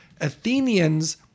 Athenians